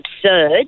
absurd